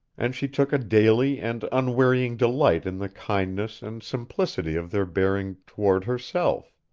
and she took a daily and unwearying delight in the kindness and simplicity of their bearing toward herself.